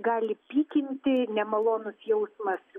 gali pykinti nemalonus jausmas